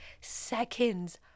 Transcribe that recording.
seconds